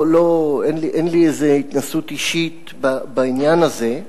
אין לי איזה התנסות אישית בעניין הזה,